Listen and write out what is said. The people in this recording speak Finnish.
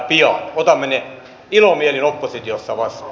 otamme ne ilomielin oppositiossa vastaan